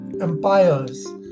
empires